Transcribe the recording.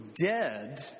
dead